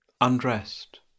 undressed